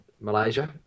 Malaysia